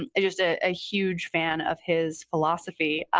i'm just a ah huge fan of his philosophy.